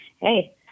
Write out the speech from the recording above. Hey